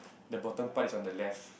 the bottom part is on the left